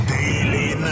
daily